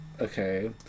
Okay